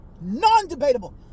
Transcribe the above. non-debatable